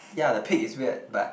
yeah the pig is weird but